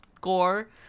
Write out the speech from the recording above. gore